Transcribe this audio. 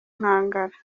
nkangara